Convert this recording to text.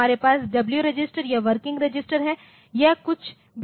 हमारे पास W register या वर्किंग रजिस्टर है यह कुछ भी नहीं है लेकिनअक्मुयुलेटर है